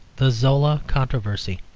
the zola controversy